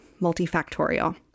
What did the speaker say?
multifactorial